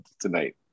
tonight